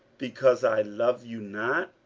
because i love you not?